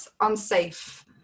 unsafe